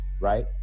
right